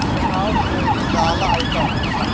مےٚ ہاو سٲری دالہٕ آیٹم